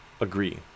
agree